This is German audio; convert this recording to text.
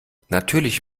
natürlich